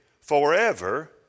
forever